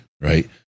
right